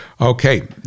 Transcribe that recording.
Okay